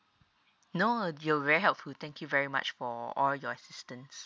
no you're very helpful thank you very much for all your assistance